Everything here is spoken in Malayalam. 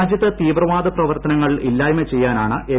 രാജ്യത്ത് തീവ്രവാദ പ്രവർത്തനങ്ങൾ ഇല്ലായ്മ ചെയ്യാനാണ് എൻ